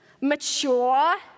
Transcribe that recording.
mature